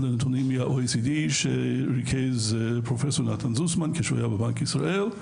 אלה נתונים מה-OECD שריכז פרופ' נתן זוסמן כאשר הוא היה בבנק ישראל.